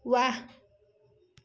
ৱাহ